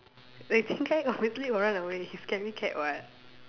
like Qing Kai obviously will run away he scaredy cat [what]